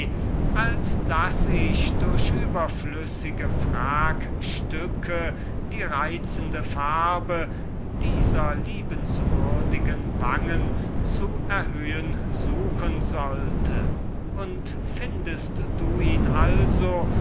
als daß ich durch überflüssige fragstücke das reizende inkarnat dieser liebenswürdigen wangen zu erhöhen suchen sollte und findest du ihn also